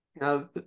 Now